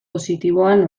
positiboan